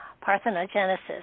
Parthenogenesis